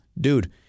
Dude